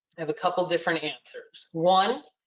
have a couple of different answers. one,